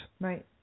Right